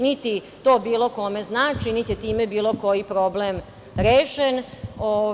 Niti to bilo kome znači, niti je time bilo koji problem rešen.